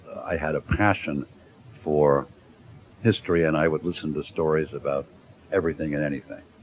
i had a passion for history and i would listen to stories about everything and anything.